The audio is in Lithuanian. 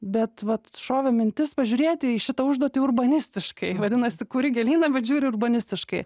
bet vat šovė mintis pažiūrėti į šitą užduotį urbanistiškai vadinasi kuri gėlyną bet žiūri urbanistiškai